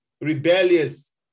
rebellious